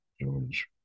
George